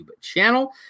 channel